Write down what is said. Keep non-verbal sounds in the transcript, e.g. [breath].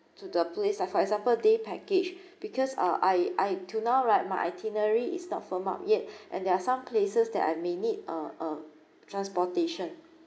to the place like for example day package because uh I I till now right my itinerary is not firmed up yet [breath] and there are some places that I may need uh uh transportation